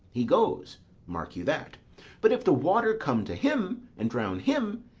he goes mark you that but if the water come to him and drown him,